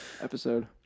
episode